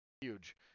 Huge